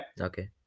Okay